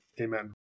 Amen